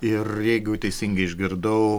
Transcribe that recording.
ir jeigu teisingai išgirdau